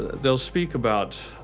they'll speak about,